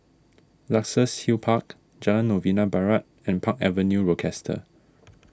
Luxus Hill Park Jalan Novena Barat and Park Avenue Rochester